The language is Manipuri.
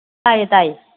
ꯇꯥꯏꯌꯦ ꯇꯥꯏꯌꯦ